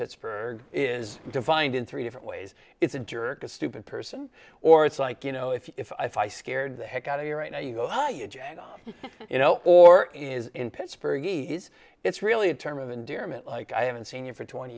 pittsburgh is defined in three different ways it's a jerk a stupid person or it's like you know if i scared the heck out of you right now you go hi a j you know or is in pittsburgh it's really a term of endearment like i haven't seen it for twenty